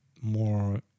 more